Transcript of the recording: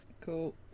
Cool